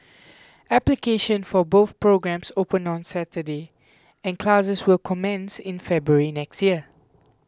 application for both programmes opened on Saturday and classes will commence in February next year